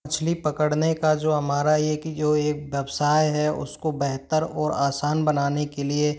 मछली पकड़ने का जो हमारा एक जो एक व्यवसाय है उसको बेहतर और आसान बनाने के लिए